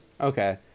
Okay